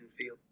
feel –